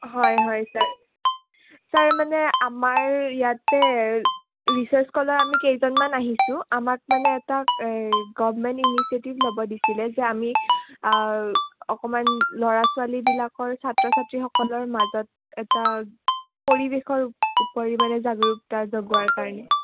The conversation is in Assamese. হয় হয় ছাৰ ছাৰ মানে আমাৰ ইয়াতে ৰিচাৰ্চ কলাৰ আমি কেইজনমান আহিছোঁ আমাক মানে এটা গভমেণ্ট ইনিচিয়েটিভ ল'ব দিছিলে যে আমি অকণমান ল'ৰা ছোৱালীবিলাকৰ ছাত্ৰ ছাত্ৰীসকলৰ মাজত এটা পৰিৱেশৰ জাগ্ৰতা জগোৱাৰ কাৰণে